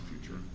future